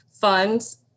funds